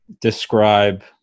describe